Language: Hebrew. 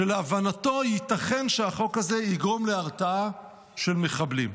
להבנתו ייתכן שהחוק הזה יגרום להרתעה של מחבלים.